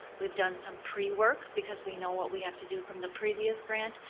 we've done some pre-work because we know what we have to do from the previous grant,